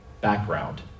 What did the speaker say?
background